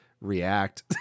react